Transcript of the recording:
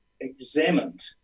examined